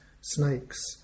snakes